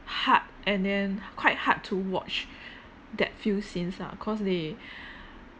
hard and then quite hard to watch that few scenes ah cause they